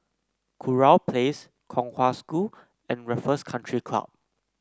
Kurau Place Kong Hwa School and Raffles Country Club